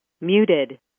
Muted